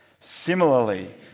Similarly